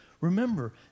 Remember